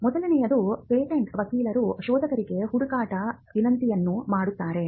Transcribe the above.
ಮೊದಲನೆಯದು ಪೇಟೆಂಟ್ ವಕೀಲರು ಶೋಧಕರಿಗೆ ಹುಡುಕಾಟ ವಿನಂತಿಯನ್ನು ಮಾಡುತ್ತಾರೆ